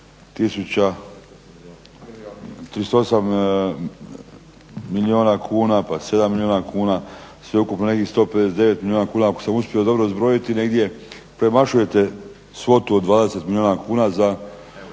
38 milijuna kuna, pa 7 milijuna kuna, sveukupno negdje 159 milijuna kuna ako sam uspio dobro zbrojiti negdje premašujete svotu od 20 milijuna kuna, eura.